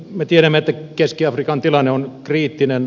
me tiedämme että keski afrikan tilanne on kriittinen